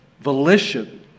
volition